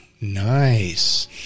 nice